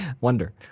Wonder